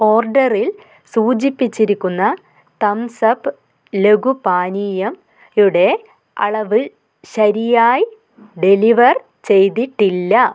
ഓർഡറിൽ സൂചിപ്പിച്ചിരിക്കുന്ന Thums Up ലഘു പാനീയംയുടെ അളവ് ശരിയായി ഡെലിവർ ചെയ്തിട്ടില്ല